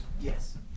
Yes